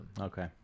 Okay